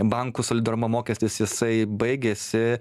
bankų solidarumo mokestis jisai baigėsi